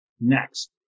Next